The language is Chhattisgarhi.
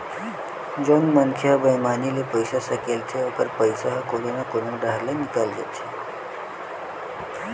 जउन मनखे ह बईमानी ले पइसा सकलथे ओखर पइसा ह कोनो न कोनो डाहर निकल जाथे